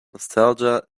nostalgia